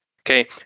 okay